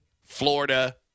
Florida